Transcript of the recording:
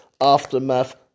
Aftermath